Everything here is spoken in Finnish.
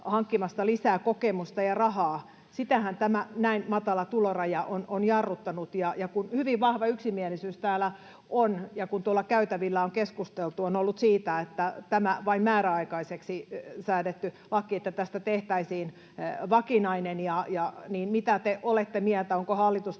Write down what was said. hankkimasta lisää kokemusta ja rahaa? Sitähän tämä näin matala tuloraja on jarruttanut. Ja kun hyvin vahva yksimielisyys täällä, kun tuolla käytävillä on keskusteltu, on ollut siitä, että tästä vain määräaikaiseksi säädetystä laista tehtäisiin vakinainen, niin mitä te olette mieltä: onko hallitus